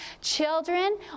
children